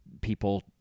people